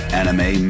anime